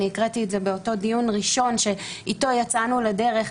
קראתי את זה באותו דיון ראשון שאיתו יצאנו לדרך,